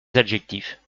adjectifs